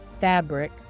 fabric